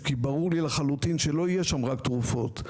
וברור לי לחלוטין שלא יהיו שם רק תרופות,